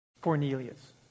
Cornelius